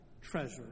treasure